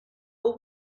will